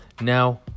Now